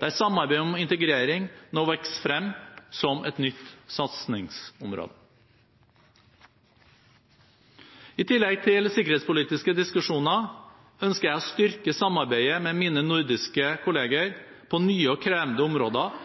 der samarbeid om integrering nå vokser frem som nytt satsingsområde. I tillegg til sikkerhetspolitiske diskusjoner ønsker jeg å styrke samarbeidet med mine nordiske kolleger innenfor nye og krevende områder